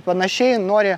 panašiai nori